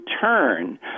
turn